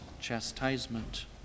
chastisement